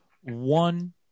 One